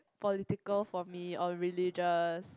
political for me or religious